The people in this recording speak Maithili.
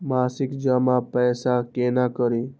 मासिक जमा पैसा केना करी?